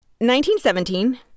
1917